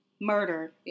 Murder